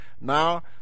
Now